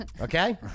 okay